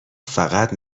فقط